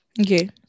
Okay